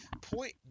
Point